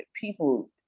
people